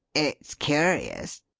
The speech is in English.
it's curious.